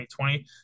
2020